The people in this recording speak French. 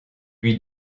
lui